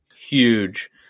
huge